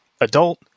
adult